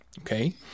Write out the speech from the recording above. okay